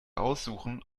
aussuchen